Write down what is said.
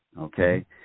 okay